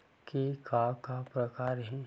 के का का प्रकार हे?